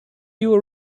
you